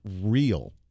real